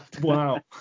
Wow